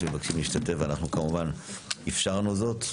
שמבקשים להשתתף ואנחנו כמובן אפשרנו זאת.